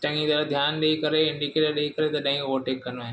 चङी तरह ध्यानु ॾेई करे इंडिकेटर ॾेई करे तॾहिं ओवरटेक कंदो आहियां